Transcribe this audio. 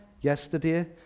yesterday